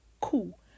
cool